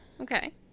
Okay